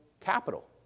capital